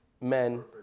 men